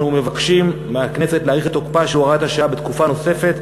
אנחנו מבקשים מהכנסת להאריך את תוקפה של הוראת השעה בתקופה נוספת,